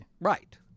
Right